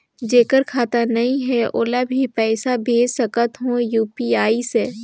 जेकर खाता नहीं है ओला भी पइसा भेज सकत हो यू.पी.आई से?